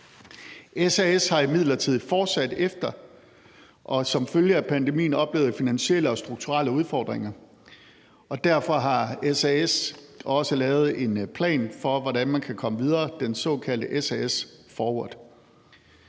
SAS har imidlertid fortsat efter og som følge af pandemien oplevet finansielle og strukturelle udfordringer, og derfor har SAS også lavet en plan for, hvordan man kan komme videre, den såkaldte »SAS Forward«-plan.